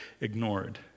ignored